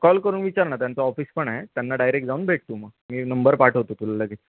call करून विचार ना त्यांचं ऑफिस पण आहे त्यांना डायरेक्ट जाऊन भेट तू मग मी नंबर पाठवतो तुला लगेच